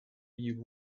you